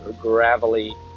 gravelly